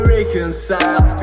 reconcile